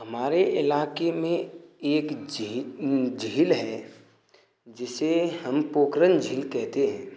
हमारे इलाके में एक झी झील है जिसे हम पोखरन झील कहते हैं